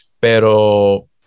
Pero